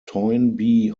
toynbee